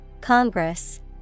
Congress